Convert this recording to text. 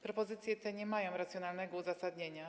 Propozycje te nie maja racjonalnego uzasadnienia.